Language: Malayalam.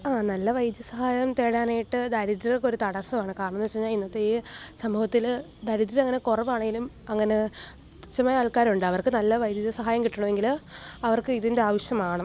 ആ നല്ല വൈദ്യസഹായം തേടാനായിട്ട് ദാരിദ്രർക്ക് ഒരു തടസ്സമാണ് കാരണം എന്ന് വെച്ച് കഴിഞ്ഞാൽ ഇന്നത്തെ ഈ സമൂഹത്തിൽ ദാരിദ്ര്യം അങ്ങനെ കുറവാണെങ്കിലും അങ്ങനെ തുച്ഛമായ ആൾക്കാരുണ്ട് അവർക്ക് നല്ല വൈദ്യത സഹായം കിട്ടണെമെങ്കിൽ അവർക്ക് ഇതിൻ്റെ ആവശ്യം ആണ്